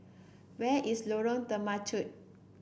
where is Lorong Temechut